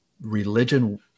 religion